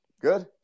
Good